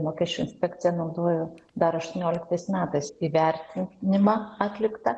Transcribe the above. mokesčių inspekcija naudojo dar aštuonioliktais metais įvertinimą atliktą